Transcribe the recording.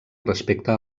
respecte